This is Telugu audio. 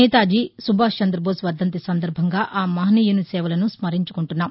నేతాజీ సుభాష్ చందబోస్ వర్దంతి సందర్బంగా ఆ మహనీయుని సేవలను స్నరించుకుంటున్నాం